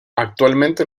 actualmente